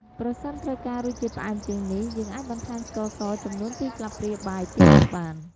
ប្រសិនត្រូវការរសជាតិផ្អែមជាងនេះ យើងអាចបន្ថែមស្ករសចំនួន២ស្លាបព្រាបាយទៀតបាន។